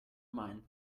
mind